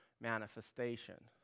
manifestation